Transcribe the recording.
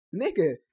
nigga